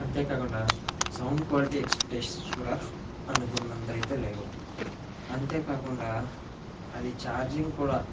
అంతే కాకుండా sound quality expectations కూడా అనుకున్నంత అయితే లేవు అంతే కాకుండా అది ఛార్జింగ్ కూడా